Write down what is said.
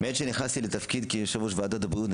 מעת שנכנסתי לתפקיד כיושב ראש ועדת הבריאות,